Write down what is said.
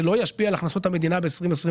זה לא ישפיע על הכנסות המדינה ב-2023